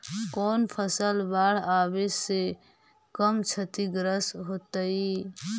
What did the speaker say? कौन फसल बाढ़ आवे से कम छतिग्रस्त होतइ?